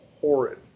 horrid